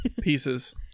Pieces